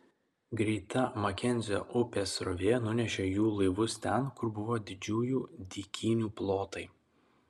greita makenzio upės srovė nunešė jų laivus ten kur buvo didžiųjų dykynių plotai